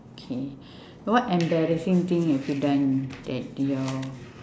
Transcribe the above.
okay what embarrassing thing have you done that did your